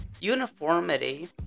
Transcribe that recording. Uniformity